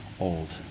old